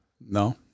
No